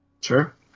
Sure